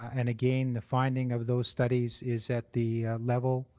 and, again, the finding of those studies is that the level